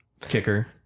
kicker